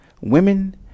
women